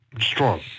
strong